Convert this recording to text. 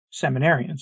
seminarians